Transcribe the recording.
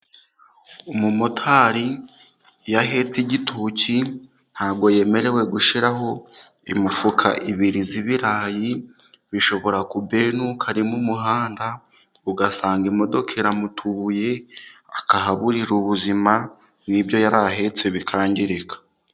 Umumotari iyo ahetse igitoki ntabwo yemerewe gushyiraho imifuka ebyiri y'ibirayi, bishobora kubenuka ari mu muhanda ugasanga imodoka iramutubuye akahaburira ubuzima, n'ibyo yari ahetse bikangirika.